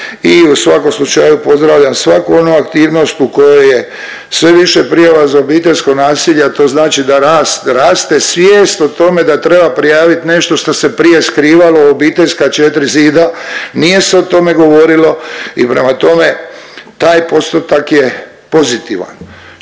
i u svakom slučaju pozdravljam svaku onu aktivnost u kojoj je sve više prijava za obiteljsko nasilje, a to znači da rast, raste svijest o tome da treba prijavit nešto šta se prije skrivalo u obiteljska četri zida, nije se o tome govorilo i prema tome taj postotak je pozitivan.